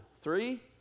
three